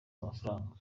amafaranga